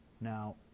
Now